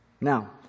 Now